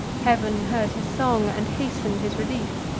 heav'n heard his song, and hasten'd his relief,